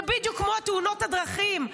זה בדיוק כמו תאונות הדרכים.